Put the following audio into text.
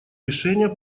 решения